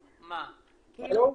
הזו?